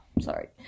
sorry